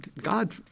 God